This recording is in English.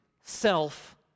self